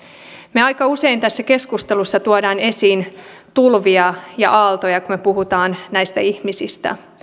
me aika usein tässä keskustelussa tuomme esiin tulvia ja aaltoja kun me puhumme näistä ihmisistä